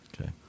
okay